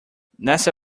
nasa